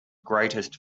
greatest